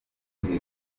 hejuru